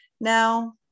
now